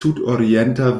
sudorienta